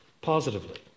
Positively